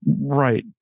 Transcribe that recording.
right